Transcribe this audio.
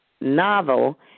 novel